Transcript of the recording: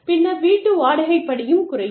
பின்னர் வீட்டு வாடகை படியும் குறையும்